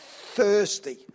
thirsty